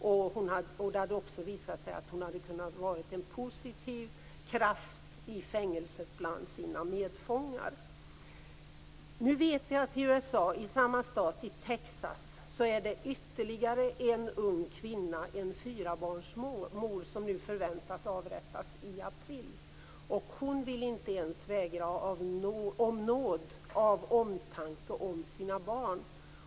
Det hade också visat sig att hon hade kunnat vara en positiv kraft i fängelset bland sina medfångar. Vi vet att i samma stat i USA - i Texas - förväntas ytterligare en ung kvinna, en fyrabarnsmor, avrättas i april. Hon vill inte ens vädja om nåd av omtanke om sina barn.